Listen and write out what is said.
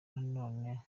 noneho